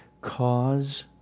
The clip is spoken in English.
Cause